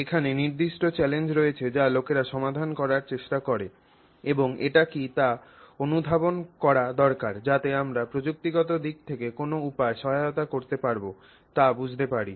এখানে নির্দিষ্ট চ্যালেঞ্জ রয়েছে যা লোকেরা সমাধান করার চেষ্টা করে এবং এটি কী তা অনুধাবন করা দরকার যাতে আমরা প্রযুক্তিগত দিক থেকে কোন উপায়ে সহায়তা করতে পারব তা বুঝতে পারি